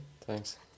Thanks